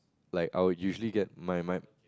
like I will usually get my my